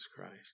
Christ